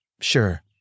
Sure